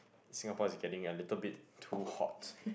Singapore is getting a little bit too hot